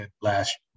last